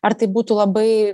ar tai būtų labai